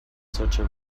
surgery